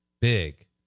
big